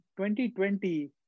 2020